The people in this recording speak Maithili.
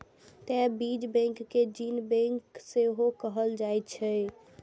तें बीज बैंक कें जीन बैंक सेहो कहल जा सकैए